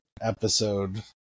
episode